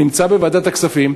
נמצא בוועדת הכספים,